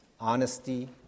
honesty